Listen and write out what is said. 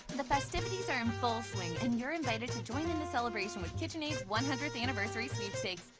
the festivities are in full swing, and you were invited to join in the celebration with kitchenaid's one hundredth anniversary sweepstakes.